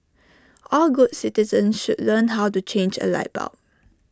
all good citizens should learn how to change A light bulb